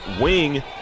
wing